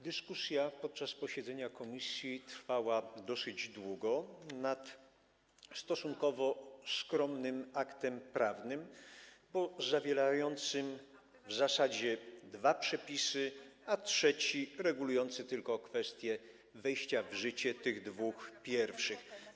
Dyskusja podczas posiedzenia komisji trwała dosyć długo nad stosunkowo skromnym aktem prawnym, bo zawierającym w zasadzie dwa przepisy, jako że trzeci to regulujący tylko kwestię wejścia w życie tych dwóch pierwszych.